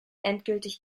endgültig